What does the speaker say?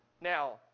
Now